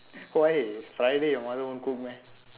why it's friday your mother won't cook meh